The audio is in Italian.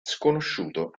sconosciuto